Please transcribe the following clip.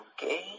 Okay